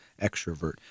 extrovert